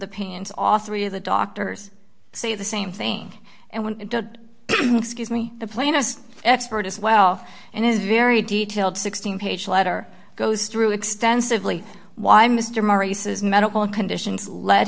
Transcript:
the pants off three of the doctors say the same thing and when it does excuse me the plainest expert as well and is very detailed sixteen page letter goes through extensively why mr maher uses medical conditions le